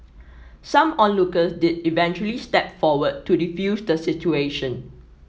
some onlookers did eventually step forward to defuse the situation